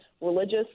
religious